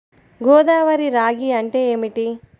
గోదావరి రాగి అంటే ఏమిటి?